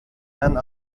and